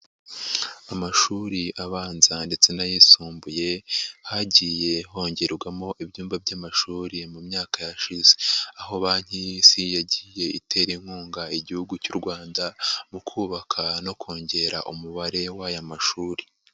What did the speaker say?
Amashuri abanza ndetse n'ayisumbuye hagiye hongerwamo ibyumba by'amashuri mu myaka yashize, aho banki y'Isi yagiye itera inkunga Igihugu cy'u Rwanda, mu kubaka no kongera umubare w'aya mashuri.